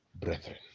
brethren